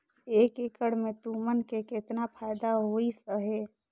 एक एकड़ मे तुमन के केतना फायदा होइस अहे